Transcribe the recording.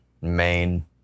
main